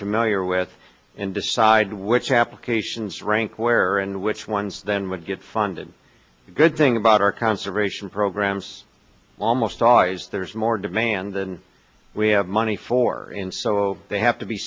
familiar with and decide which applications rank where and which ones then would get funded a good thing about our conservation programs almost always there's more demand than we have money for in so they have to be